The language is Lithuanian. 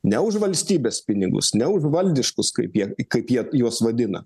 ne už valstybės pinigus ne už valdiškus kaip jie kaip jie juos vadina